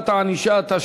חוק ספרי לימוד דיגיטליים,